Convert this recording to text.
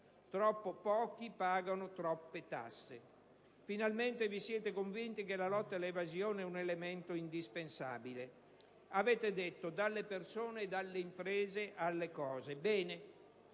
troppo pochi pagano troppe tasse. Finalmente vi siete convinti che la lotta all'evasione fiscale è un elemento indispensabile. Avete detto: dalle persone e dalle imprese alle cose. Bene,